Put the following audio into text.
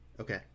okay